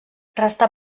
restà